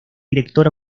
director